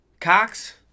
Cox